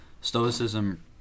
Stoicism